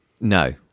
No